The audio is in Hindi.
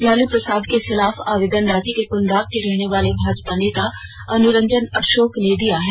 लालू प्रसाद के खिलाफ आवेदन रांची के पुंदाग के रहने वाले भाजपा नेता अनुरंजन अशोक ने दिया है